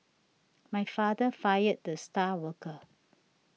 my father fired the star worker